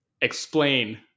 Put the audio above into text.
explain